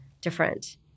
different